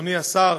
אדוני השר,